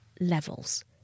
levels